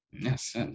Yes